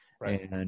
Right